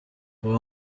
uwo